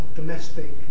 domestic